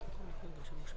אם ככה היא הסכימה לזה,